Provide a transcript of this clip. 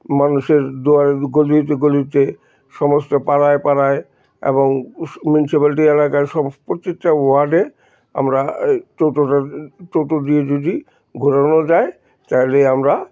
মানুষের দুয়ারে গলিতে গলিতে সমস্ত পাড়ায় পাড়ায় এবং মিউনিসিপ্যালিটি এলাকার প্রত্যেকটা ওয়ার্ডে আমরা এই টোটোটা টোটো দিয়ে যদি ঘোরানো যায় তাহলে আমরা